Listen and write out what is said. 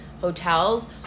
hotels